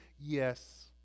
Yes